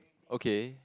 okay